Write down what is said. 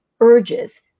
urges